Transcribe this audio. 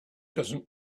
doesn’t